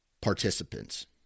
participants